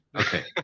okay